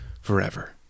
forever